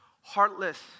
heartless